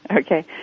Okay